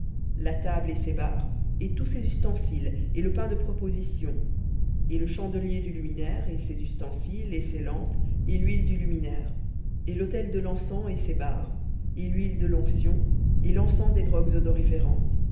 la table et ses barres et tous ses ustensiles et le pain de proposition et le chandelier du luminaire et ses ustensiles et ses lampes et l'huile du luminaire et l'autel de l'encens et ses barres et l'huile de l'onction et l'encens des drogues odoriférantes